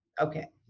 Okay